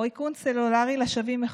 או איכון סלולרי לשבים מחו"ל.